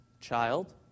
child